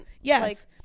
Yes